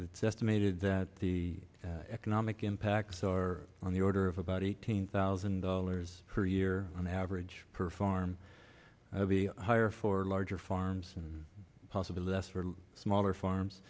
it's estimated that the economic impacts are on the order of about eighteen thousand dollars per year on average per farm the higher for larger farms and possibly less for smaller farms